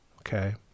okay